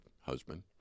husband